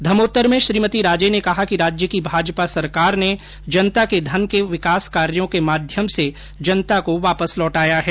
धमोतर में श्रीमती राजे ने कहा कि राज्य की भाजपा सरकार ने जनता के धन को विकास कार्यों के माध्यम से जनता को वापस लौटाया है